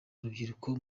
urubyiruko